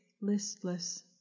listless